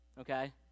okay